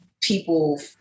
people